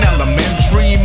Elementary